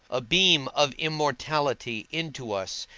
a beam of immortality into us,